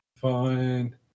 Fine